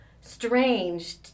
strange